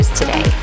today